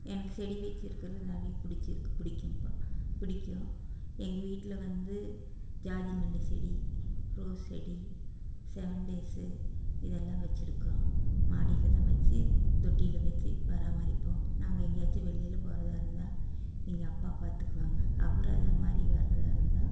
எனக்கு செடி வச்சிருக்கிறது நிறைய பிடிச்சிருக்கு பிடிக்கும்பா பிடிக்கும் எங்கள் வீட்டில் வந்து ஜாதிமல்லி செடி ரோஸ் செடி செவன் டேஸு இதெல்லாம் வச்சியிருக்கோம் மாடியிலதான் வச்சு தொட்டியில வச்சு பராமரிப்போம் நாங்கள் எங்கேயாச்சும் வெளியில போகிறதா இருந்தா எங்ககள் அப்பா பார்த்துக்குவாங்க அவர் அதமாதிரி வரதாக இருந்தா